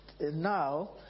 now